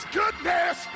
goodness